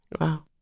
Wow